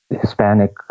Hispanic